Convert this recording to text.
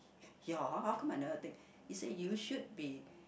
your gonna take he said you should be